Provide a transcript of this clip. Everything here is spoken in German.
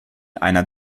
einer